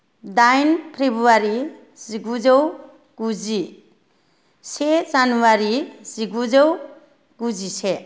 दाइन फेब्रुवारी जिगुजौ गुजि से जानुवारी जिगुजौ गुजिसे